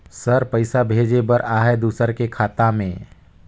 Sir पइसा भेजे बर आहाय दुसर के खाता मे?